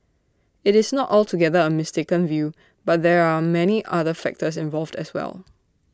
IT is not altogether A mistaken view but there are many other factors involved as well